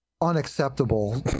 unacceptable